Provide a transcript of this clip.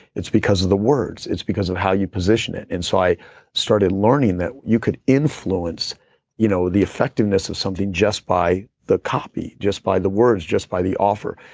it's because of the words, it's because of how you positioned it and so i started learning that you could influence you know the effectiveness of something just by the copy, just by the words, just by the offer.